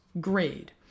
grade